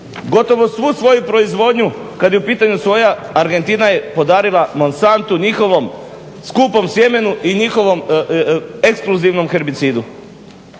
Gotovo svu svoju proizvodnju kad je u pitanju svoja, Argentina je podarila Monsantu njihovom, skupom sjemenju i njihovom ekslpluzivnom herbicidu.